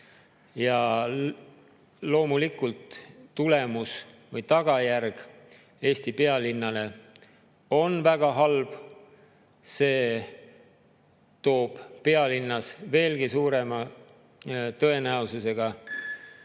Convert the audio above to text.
Loomulikult tulemus või tagajärg Eesti pealinnale on väga halb. See toob pealinnas veelgi suurema tõenäosusega